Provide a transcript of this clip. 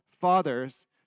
fathers